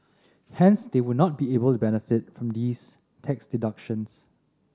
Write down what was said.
hence they would not be able to benefit from these tax deductions